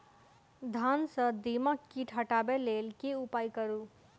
धान सँ दीमक कीट हटाबै लेल केँ उपाय करु?